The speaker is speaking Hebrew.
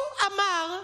מצוין.